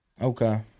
Okay